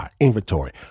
inventory